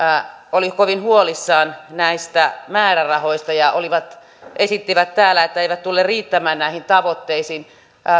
oli kovin huolissaan näistä määrärahoista ja esitti että ne eivät tule riittämään näihin tavoitteisiin